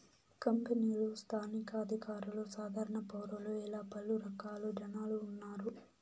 కంపెనీలు స్థానిక అధికారులు సాధారణ పౌరులు ఇలా పలు రకాల జనాలు ఉన్నారు